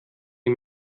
die